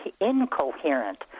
incoherent